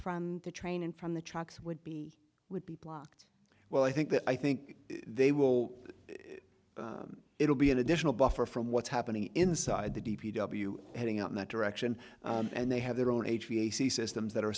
from the train and from the trucks would be would be blocked well i think that i think they will it'll be an additional buffer from what's happening inside the d p w heading out in that direction and they have their own age v a c systems that are